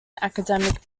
academic